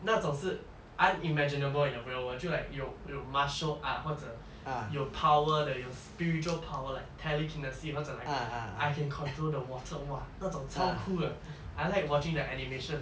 那种是 unimaginable in a real world 就 like 有有 martial art 或者有 power 的有 spiritual power 的 like telekinesis 或者 like I can control the water !wah! 那种超酷的 I like watching the animation